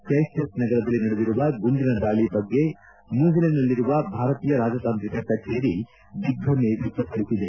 Christchurch ನಗರದಲ್ಲಿ ನಡೆದಿರುವ ಗುಂಡಿನ ದಾಳಿ ಬಗ್ಗೆ ನ್ನೂಜಿಲೆಂಡ್ನಲ್ಲಿರುವ ಭಾರತೀಯ ರಾಜತಾಂತ್ರಿಕ ಕಚೇರಿ ದಿಗ್ಗಮೆ ವ್ಯಕ್ತಪಡಿಸಿದೆ